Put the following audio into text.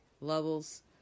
levels